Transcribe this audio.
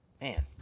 Man